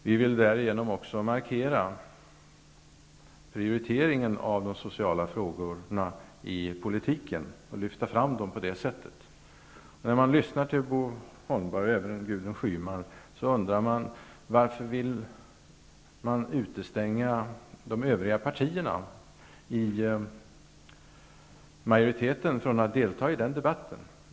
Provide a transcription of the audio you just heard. Vi vill därigenom också markera prioriteringen av de sociala frågorna i politiken och lyfta fram dem. När man lyssnar på Bo Holmberg och Gudrun Schyman undrar man varför de vill utestänga övriga partier i majoriteten från att delta i debatten.